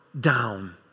down